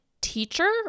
teacher